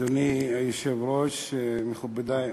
אדוני היושב-ראש, מכובדי השר,